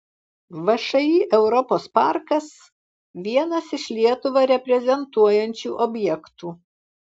všį europos parkas vienas iš lietuvą reprezentuojančių objektų